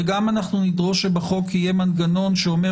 וגם נדרוש שבחוק יהיה מנגנון שאומר